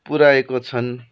पुऱ्याएको छन्